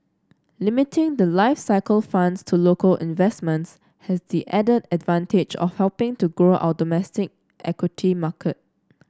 limiting the life cycle funds to local investments has the added advantage of helping to grow our domestic equity marker